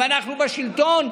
אם אנחנו בשלטון,